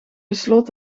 besloot